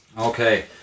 Okay